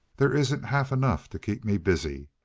there isn't half enough to keep me busy.